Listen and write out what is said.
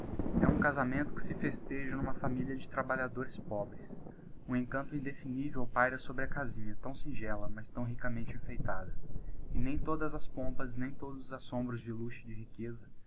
e um casamento que se festeja n'uma familia de trabalhadores pobres um encanto indefinível paira sobre a casinha tão singela mas tão ricamente enfeitada e nem todas as pompas nem todos os assombros de luxo e de riqueza